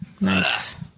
Nice